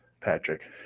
Patrick